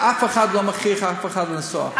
ואף אחד לא מכריח אף אחד לנסוע.